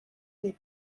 les